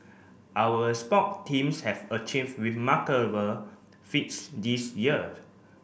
our sport teams have achieve remarkable feats this year